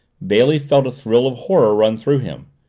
bailey felt a thrill of horror run through him.